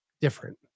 different